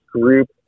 group